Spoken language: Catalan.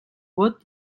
vot